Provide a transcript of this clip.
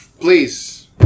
please